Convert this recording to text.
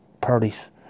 parties